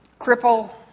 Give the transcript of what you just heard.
cripple